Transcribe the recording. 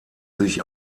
sich